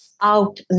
out